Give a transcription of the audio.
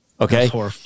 Okay